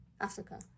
Africa